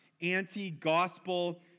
anti-gospel